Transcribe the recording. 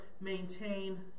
maintain